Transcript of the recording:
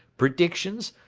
predictions,